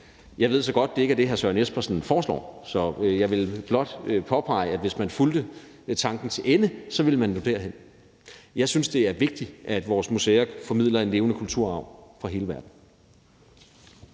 Jeg ved så godt, at det ikke er det, hr. Søren Espersen foreslår, men jeg vil blot påpege, at hvis man fulgte tanken til ende, ville man nå derhen. Jeg synes, det er vigtigt, at vores museer formidler en levende kulturarv fra hele verden.